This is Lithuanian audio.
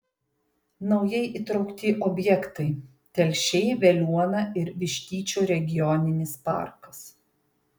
naujai įtraukti objektai telšiai veliuona ir vištyčio regioninis parkas